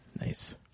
nice